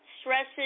stresses